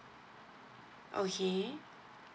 okay